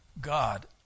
God